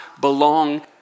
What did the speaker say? belong